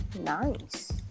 Nice